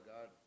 God